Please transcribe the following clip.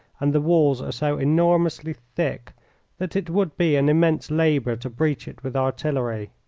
and the walls are so enormously thick that it would be an immense labour to breach it with artillery.